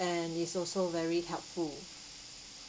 and he's also very helpful